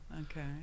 Okay